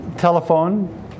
telephone